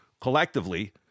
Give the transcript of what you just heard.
collectively